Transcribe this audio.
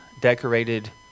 decorated